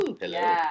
Hello